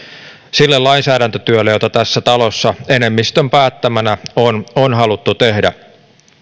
sille lainsäädäntötyölle jota tässä talossa enemmistön päättämänä on on haluttu tehdä